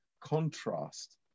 contrast